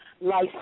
life